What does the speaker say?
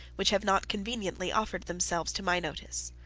which have not conveniently offered themselves to my notice.